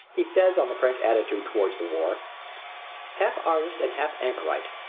he says on the french attitude toward the war half artist and half anchorite,